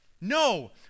No